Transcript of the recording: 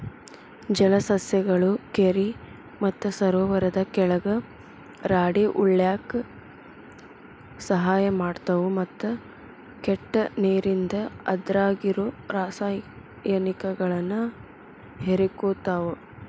ಜಲಸಸ್ಯಗಳು ಕೆರಿ ಮತ್ತ ಸರೋವರದ ಕೆಳಗ ರಾಡಿ ಉಳ್ಯಾಕ ಸಹಾಯ ಮಾಡ್ತಾವು, ಮತ್ತ ಕೆಟ್ಟ ನೇರಿಂದ ಅದ್ರಾಗಿರೋ ರಾಸಾಯನಿಕಗಳನ್ನ ಹೇರಕೋತಾವ